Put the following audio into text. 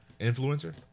influencer